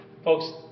Folks